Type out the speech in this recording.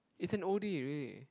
it's an oldie really